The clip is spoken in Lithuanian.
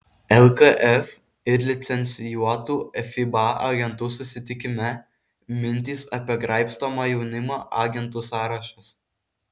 lkf ir licencijuotų fiba agentų susitikime mintys apie graibstomą jaunimą agentų sąrašas